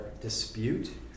dispute